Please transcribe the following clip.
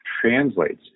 translates